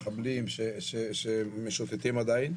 מחבלים שמשוטטים עדיין,